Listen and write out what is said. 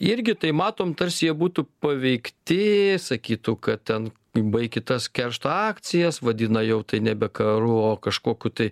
irgi tai matom tarsi jie būtų paveikti sakytų kad ten baikit tas keršto akcijas vadina jau tai nebe karu o kažkokiu tai